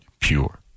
pure